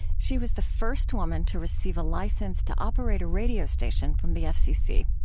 she was the first woman to receive a license to operate a radio station from the fcc.